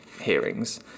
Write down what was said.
hearings